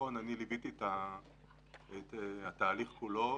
אני ליוויתי את התהליך כולו.